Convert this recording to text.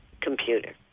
computer